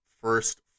first